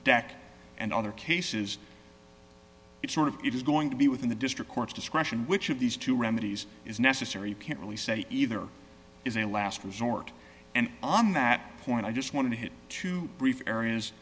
dec and other cases it sort of it is going to be within the district courts discretion which of these two remedies is necessary you can't really say either is a last resort and on that point i just want to hit to areas